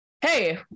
hey